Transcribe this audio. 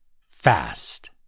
fast